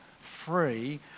free